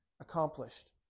accomplished